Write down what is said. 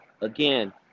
Again